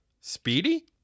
Speedy